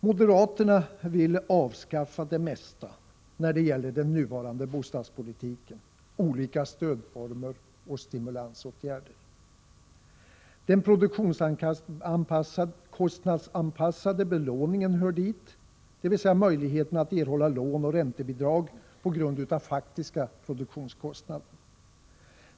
Moderaterna vill avskaffa det mesta när det gäller den nuvarande bostadspolitiken, olika stödformer och stimulansåtgärder. Den produktionskostnadsanpassade belåningen hör dit, dvs. möjligheten att erhålla lån och räntebidrag på grund av den faktiska produktionskostnaden.